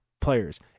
players